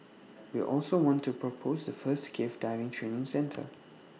we also want to propose the first cave diving training centre